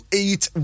eight